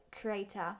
Creator